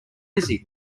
busy